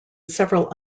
several